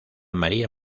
maría